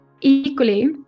Equally